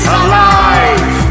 alive